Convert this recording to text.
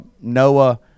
Noah